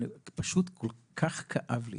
פשוט כל כך כאב לי,